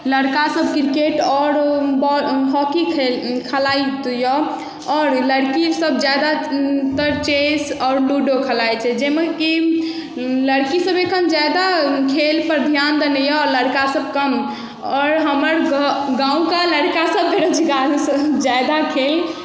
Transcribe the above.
लड़का सभ क्रिकेट आओर बॉल आओर हॉकी खेल खेलाइत यऽ आओर लड़की सभ जादातर चेस आओर लूडो खेलाइ छै जैमे कि लड़की सभ एखन जादा खेलपर ध्यान दने यऽ आओर लड़का सभ कम आओर हमर घर गाँवके लड़का सभ बेरोजगारोसँ जादा खेल